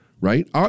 right